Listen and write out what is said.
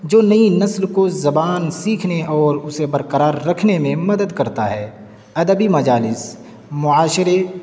جو نئی نسل کو زبان سیکھنے اور اسے برکرار رکھنے میں مدد کرتا ہے ادبی مجالس معاشرے